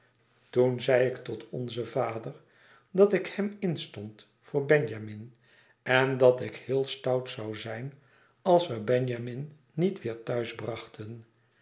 toen zei ik tot onzen vader dat ik hem instond voor benjamin en dat ik heel stout zoû zijn als we benjamin niet weêr thuis brachten